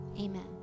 amen